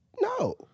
No